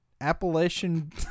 Appalachian